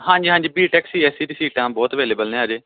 ਹਾਂਜੀ ਹਾਂਜੀ B tech C S C ਦੀ ਸੀਟਾਂ ਬਹੁਤ ਅਵੈਲਏਬਲ ਨੇ ਹਜੇ